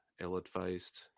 ill-advised